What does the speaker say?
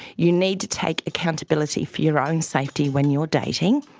you need to take accountability for your own safety when you're dating.